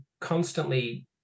constantly